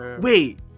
wait